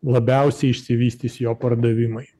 labiausiai išsivystys jo pardavimai